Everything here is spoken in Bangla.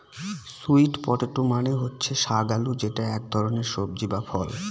স্যুইট পটেটো মানে হচ্ছে শাক আলু যেটা এক ধরনের সবজি বা ফল